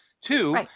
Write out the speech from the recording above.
Two